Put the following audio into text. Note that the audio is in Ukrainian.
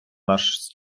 наш